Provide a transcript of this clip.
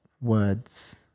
words